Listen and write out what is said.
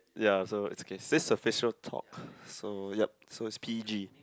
ya so it's okay this is a facial talk so yup so is p_g